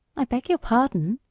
i beg your pardon,